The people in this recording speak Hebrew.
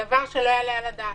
דבר שלא יעלה על הדעת.